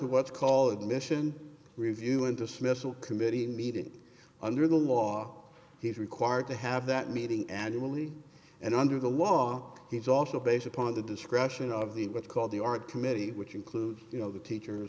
what's called mission review and dismissal committee meeting under the law he's required to have that meeting annually and under the law it's also based upon the discretion of the what's called the art committee which includes you know the teachers